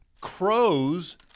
Crows